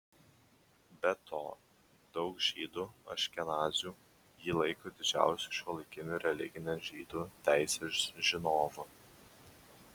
be to daug žydų aškenazių jį laiko didžiausiu šiuolaikiniu religinės žydų teisės žinovu